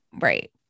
Right